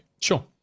sure